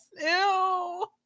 Ew